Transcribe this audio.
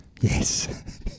Yes